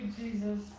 Jesus